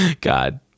God